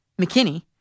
McKinney